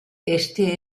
este